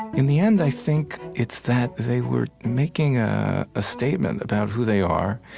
in the end, i think it's that they were making a ah statement about who they are.